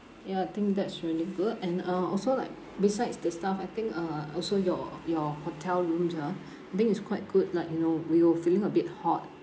ya I think that's really good and uh also like besides the staff I think uh also your your hotel rooms ah I think is quite good like you know we were feeling a bit hot